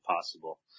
possible